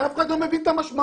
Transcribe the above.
אף אחד לא מבין את המשמעות.